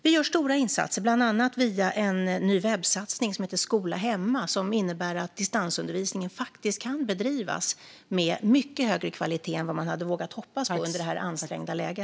Vi gör stora insatser, bland annat via en ny webbsatsning som heter Skola hemma. Det innebär att distansundervisningen faktiskt kan bedrivas med mycket högre kvalitet än man hade vågat hoppas på i detta ansträngda läge.